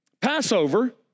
Passover